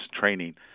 training